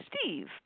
Steve